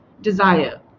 desire